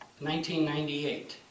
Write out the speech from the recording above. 1998